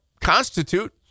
constitute